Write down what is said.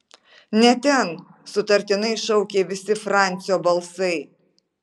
ne ten sutartinai šaukė visi francio balsai